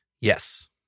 yes